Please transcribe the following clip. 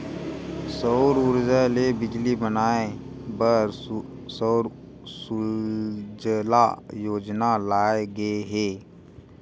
सउर उरजा ले बिजली बनाए बर सउर सूजला योजना लाए गे हे